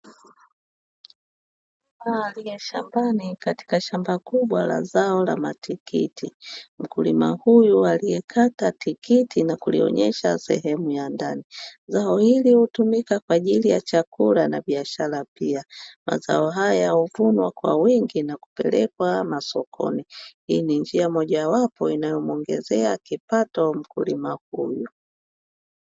Mkulima akiwa shambani katika shamba kubwa la zao la matikiti, mkulima huyu aliyekata tikiti na kulionyesha sehemu ya ndani, zao hili hutumika kwa ajili ya chakula na biashara pia, mazao haya huvunwa kwa wingi na kupelekwa masokoni, hii ni njia mojawapo inayomwongezea kipato mkulima huyu.